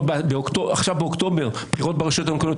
עכשיו באוקטובר בחירות ברשויות המקומיות.